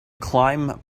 climb